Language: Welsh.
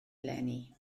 eleni